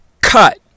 cut